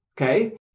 Okay